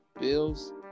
bills